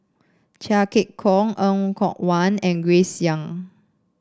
Chia Keng Hock Er Kwong Wah and Grace Young